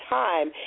time